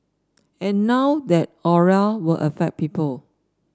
and now that aura will affect people